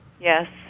Yes